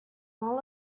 all